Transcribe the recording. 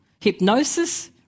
hypnosis